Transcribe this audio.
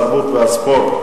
התרבות והספורט.